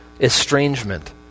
estrangement